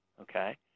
okay